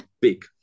big